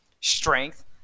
Strength